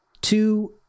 two